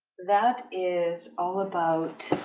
that is all about